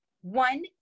one